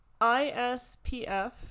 ISPF